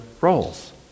roles